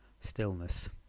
stillness